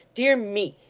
dear me